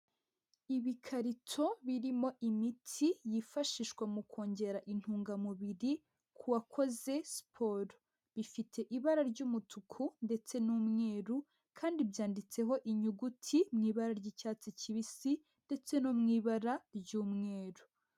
Ibikarito birimo imiti yifashishwa mu kongera intungamubiri ku wakoze siporo. Bifite ibara ry'umutuku ndetse n'umweru kandi byanditseho inyuguti mu ibara ry'icyatsi kibisi ndetse no mu ibara ry'umweru.